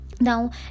now